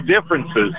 differences